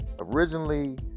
Originally